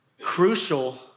crucial